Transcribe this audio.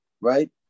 right